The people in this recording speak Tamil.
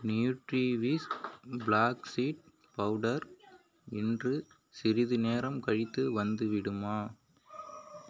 நியூட்ரிவிஷ் ஃபிளாக்ஸ் சீட் பவுடர் இன்று சிறிது நேரம் கழித்து வந்துவிடுமா